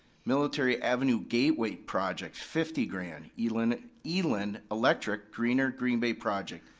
military avenue gateway project, fifty grand. elinn elinn electric greener green bay project,